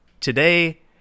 today